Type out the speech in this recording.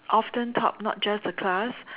often top not just the class